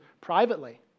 privately